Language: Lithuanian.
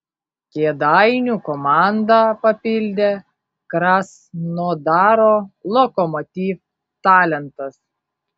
kėdainių komandą papildė krasnodaro lokomotiv talentas